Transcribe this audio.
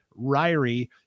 Ryrie